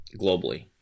globally